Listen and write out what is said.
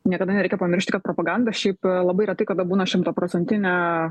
niekada nereikia pamiršti kad propaganda šiaip labai retai kada būna šimtaprocentinė